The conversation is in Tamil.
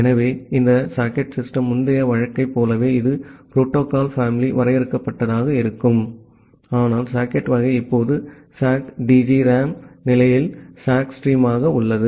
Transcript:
ஆகவே இந்த சாக்கெட் சிஸ்டம் முந்தைய வழக்கைப் போலவே இது புரோட்டோகால் பேமிலிமாக வரையறுக்கப்பட்டதாக இருக்கும் ஆனால் சாக்கெட் வகை இப்போது SOCK DGRAM நிலையில் SOCK STREAM ஆக உள்ளது